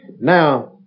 now